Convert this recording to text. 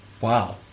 Wow